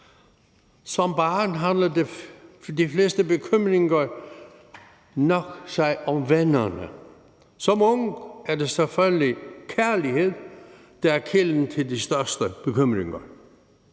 Som barn handler de fleste bekymringer nok om vennerne, som ung er det selvfølgelig kærligheden, der er kilden til de største bekymringer,